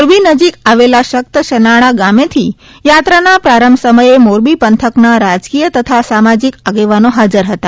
મોરબી નજીક આવેલા શક્ત શનાળા ગામેથી યાત્રાના પ્રારંભ સમયે મોરબી ાં થકના રાજકીય તથા સામાજીક આગેવાનો હાજર હતા